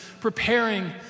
preparing